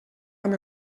amb